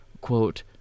Quote